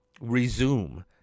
resume